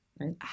right